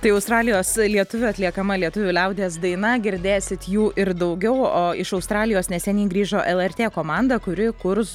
tai australijos lietuvių atliekama lietuvių liaudies daina girdėsit jų ir daugiau o iš australijos neseniai grįžo lrt komanda kuri kurs